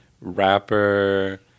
Rapper